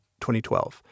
2012